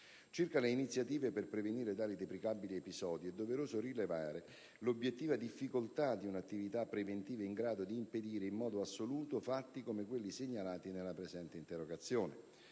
Circa le iniziative per prevenire tali deprecabili episodi, è doveroso rilevare l'obiettiva difficoltà di un'attività preventiva in grado di impedire in modo assoluto fatti come quelli segnalati nella presente interrogazione.